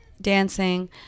dancing